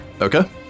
Okay